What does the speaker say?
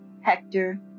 Hector